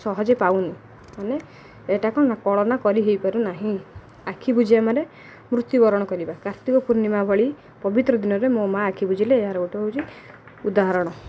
ସହଜେ ପାଉନି ମାନେ ଏଇଟା କ'ଣ ନା କଳନା କରି ହୋଇପାରୁନାହିଁ ଆଖି ବୁଝିବା ମାନେ ମୃତ୍ୟୁବରଣ କରିବା କାର୍ତ୍ତିକ ପୂର୍ଣ୍ଣିମା ଭଳି ପବିତ୍ର ଦିନରେ ମୋ ମା' ଆଖି ବୁଝିଲେ ଏହାର ଗୋଟେ ହେଉଛି ଉଦାହରଣ